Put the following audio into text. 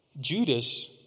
Judas